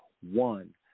one